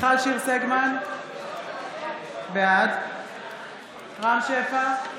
מיכל שיר סגמן, בעד רם שפע,